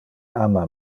ama